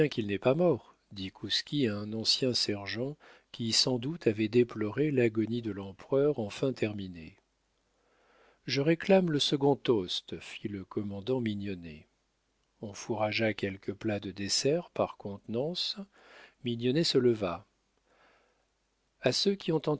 qu'il n'est pas mort dit kouski à un ancien sergent qui sans doute avait déploré l'agonie de l'empereur enfin terminée je réclame le second toast fit le commandant mignonnet on fourragea quelques plats de dessert par contenance mignonnet se leva a ceux qui